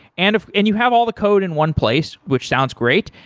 and ah and you have all the code in one place, which sounds great.